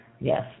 Yes